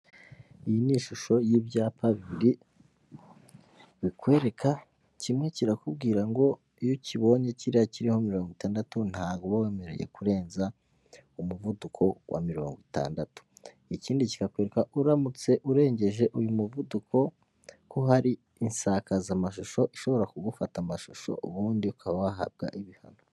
Iyi ni ishusho y'ibyapa bibiri bikwereka ,kimwe kirakubwira ngo iyo ukibonye kiriya kiho mirongo itandatu ntago uba wemerewe kurenza umuvuduko wa mirongo itandatu ikindi kikavuga ko uramutse urengeje uyu muvuduko ko hari insakazamashusho ishobora kugufata amashusho ubundi ukaba wahabwa ibihano .